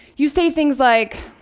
you say things like,